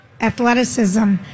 athleticism